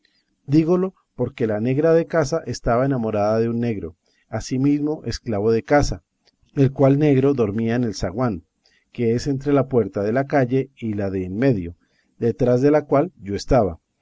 dígolo porque la negra de casa estaba enamorada de un negro asimismo esclavo de casa el cual negro dormía en el zaguán que es entre la puerta de la calle y la de en medio detrás de la cual yo estaba